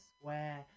square